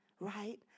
Right